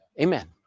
Amen